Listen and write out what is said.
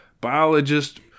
biologist